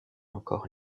encore